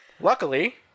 Luckily